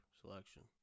selection